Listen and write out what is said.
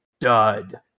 dud